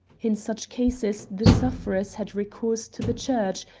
in such cases the sufferers had recourse to the church,